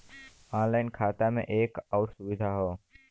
online खाता में एक आउर सुविधा हौ